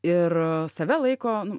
ir save laiko nu